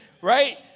Right